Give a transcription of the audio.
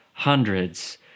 hundreds